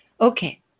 Okay